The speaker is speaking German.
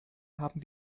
haben